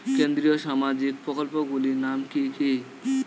কেন্দ্রীয় সামাজিক প্রকল্পগুলি নাম কি কি?